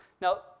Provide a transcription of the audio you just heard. Now